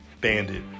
bandit